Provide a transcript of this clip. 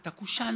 את הקושאן,